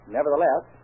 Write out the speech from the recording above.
Nevertheless